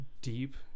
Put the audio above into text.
deep